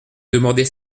demander